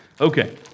Okay